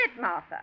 Martha